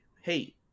hey